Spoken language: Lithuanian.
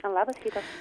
labas rytas